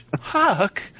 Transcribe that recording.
Huck